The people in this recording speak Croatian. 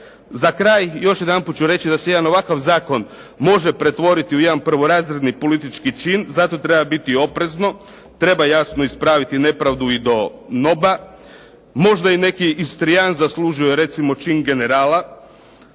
Za kraj, još jedan put ću reći da se jedan ovakav zakon može pretvoriti u jedan prvorazredni politički čin. Zato treba biti oprezan, treba jasno ispraviti i nepravdu do NOB-a, možda je i neki Istrian zaslužio recimo čin generala.